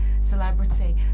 celebrity